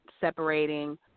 separating